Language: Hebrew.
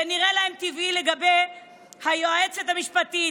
זה נראה להם טבעי לגבי היועצת המשפטית,